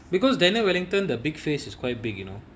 because daniel wellington the big face is quite big you know